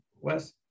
Wes